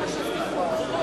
כמו שהבטיחו בבחירות.